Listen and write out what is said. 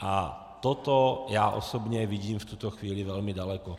A toto já osobně vidím v tuto chvíli velmi daleko.